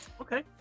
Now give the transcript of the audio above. Okay